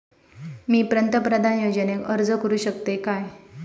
मी पंतप्रधान योजनेक अर्ज करू शकतय काय?